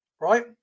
right